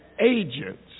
agents